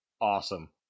Awesome